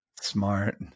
Smart